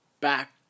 back